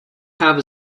have